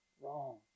wrong